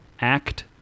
act